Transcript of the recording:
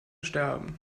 sterben